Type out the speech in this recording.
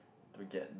forget